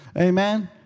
Amen